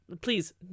please